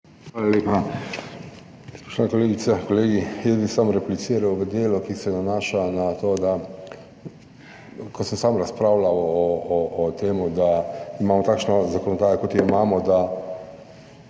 Hvala lepa. Spoštovani kolegice in kolegi! Jaz bi samo repliciral v delu, ki se nanaša na to, da, ko sem sam razpravljal o tem, da imamo takšno zakonodajo, kot jo imamo, da